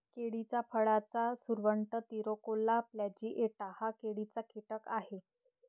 केळीच्या फळाचा सुरवंट, तिराकोला प्लॅजिएटा हा केळीचा कीटक आहे